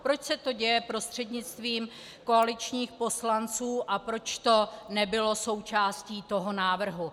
Proč se to děje prostřednictvím koaličních poslanců a proč to nebylo součástí toho návrhu.